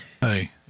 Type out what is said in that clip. Hey